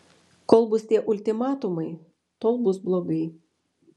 kol bus tie ultimatumai tol bus blogai